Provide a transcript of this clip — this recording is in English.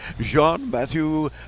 Jean-Matthew